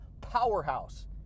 powerhouse